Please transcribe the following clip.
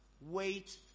wait